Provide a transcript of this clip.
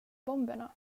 bomberna